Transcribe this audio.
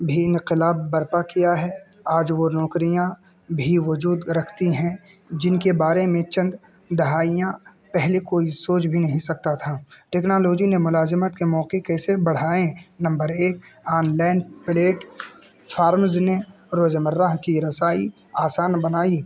بھی انقلاب برپا کیا ہے آج وہ نوکریاں بھی وجود رکھتی ہیں جن کے بارے میں چند دہائیاں پہلے کوئی سوچ بھی نہیں سکتا تھا ٹیکنالوجی نے ملازمت کے موقع کیسے بڑھائیں نمبر ایک آن لائن پلیٹ فارمز نے روز مرہ کی رسائی آسان بنائی